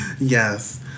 Yes